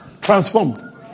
Transformed